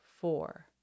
four